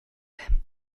him